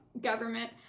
government